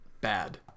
Bad